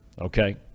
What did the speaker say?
Okay